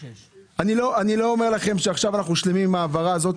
אני לא אומר לכם שעכשיו אנחנו שלמים עם ההעברה הזאת